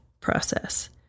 process